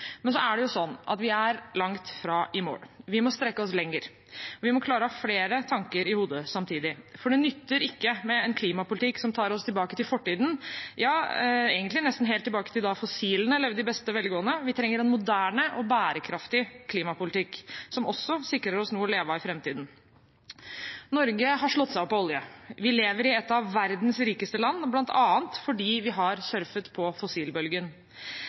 Men vi er langt fra i mål. Vi må strekke oss lenger, og vi må klare å ha flere tanker i hodet samtidig. For det nytter ikke med en klimapolitikk som tar oss tilbake til fortiden – ja, egentlig nesten helt tilbake til da fossilene levde i beste velgående. Vi trenger en moderne og bærekraftig klimapolitikk, som også sikrer oss noe å leve av i framtiden. Norge har slått seg opp på olje. Vi lever i et av verdens rikeste land bl.a. fordi vi har surfet på fossilbølgen.